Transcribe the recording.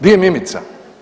Di je Mimica?